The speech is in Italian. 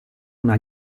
una